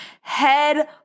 head